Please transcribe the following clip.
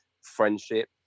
friendship